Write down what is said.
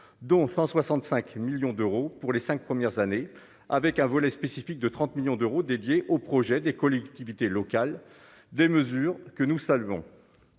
dont 165 millions d'euros pour les 5 premières années avec un volet spécifique de 30 millions d'euros dédiée aux projets des collectivités locales, des mesures que nous saluons.